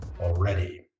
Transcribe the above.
already